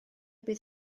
bydd